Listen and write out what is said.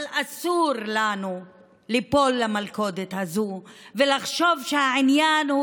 אבל אסור לנו ליפול למלכודת הזו ולחשוב שהעניין הוא